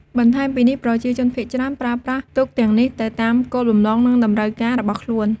បន្ថែមពីនេះ ប្រជាជនភាគច្រើនប្រើប្រាស់ទូកទាំងនេះទៅតាមគោលបំណង និងតម្រូវការរបស់ខ្លួន។